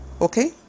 okay